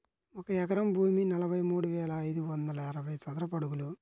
ఒక ఎకరం భూమి నలభై మూడు వేల ఐదు వందల అరవై చదరపు అడుగులు